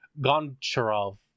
Goncharov